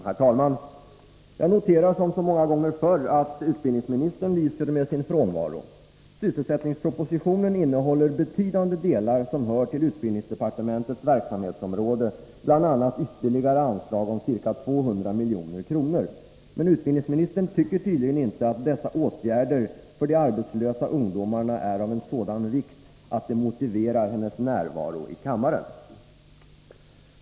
Herr talman! Jag noterar som så många gånger förr att utbildningsministern lyser med sin frånvaro. Sysselsättningspropositionen innehåller betydande delar som hör till utbildningsdepartementets verksamhetsområden, bl.a. ytterligare anslag om ca 200 miljoner. Men utbildningsministern tycker tydligen inte att dessa åtgärder för de arbetslösa ungdomarna är av sådan vikt att det motiverar hennes närvaro i kammaren.